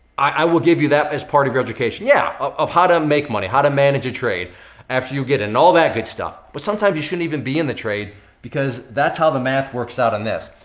i will give you that as part of your education. yeah, of how to make money, how to manage a trade after you get in and all that good stuff. but sometimes you shouldn't even be in the trade because that's how the math works out in this.